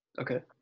okay